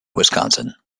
wisconsin